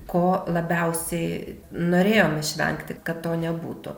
ko labiausiai norėjom išvengti kad to nebūtų